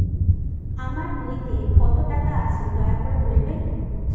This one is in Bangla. আমার বইতে কত টাকা আছে দয়া করে বলবেন?